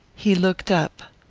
he looked up.